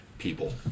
People